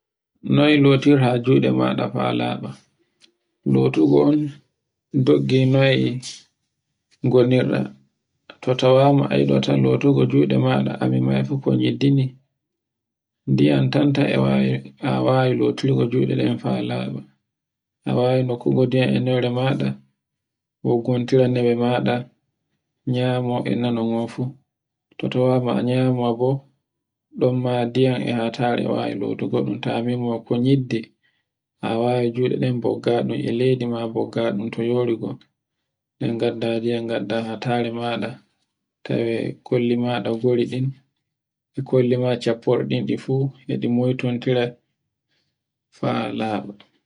Noy lotirta juɗe maɗa fa laɓa, lotugo doggi noye gonorɗa, to tawama ayi dan lotugo juɗe maɗa ami mai fu ko min yiddini, ndiyan tantan e wawi lotirgo juɗen ɗen fa laɓa, a wawi nokkore ndiyam e hunnero maɗa ko gontira nde me maɗa, nyama e nano ngon fu. To tawa ma a nyama bo ɗn ma ndiyam hatare e wawi lotugo ɗum ta memu wakko nyidde, a wawi juɗen boggaɗe e leddi ma, mboggaɗum, to yori go en gadda ndiyam ngadda hatare maɗa tawe kolle maɗa ɗi fori kin, e ɗi moytontira fa laɓa.